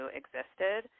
existed